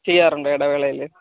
ചെയ്യാറുണ്ടോ ഇടവേളയിൽ